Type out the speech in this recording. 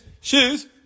shoes